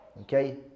Okay